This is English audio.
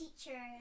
Teacher